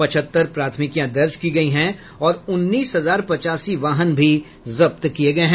पचहत्तर प्राथमिकियां दर्ज की गई है और उन्नीस हजार पचासी वाहन भी जब्त किये गये हैं